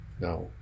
Now